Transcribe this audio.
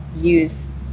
use